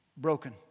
broken